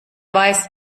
weiß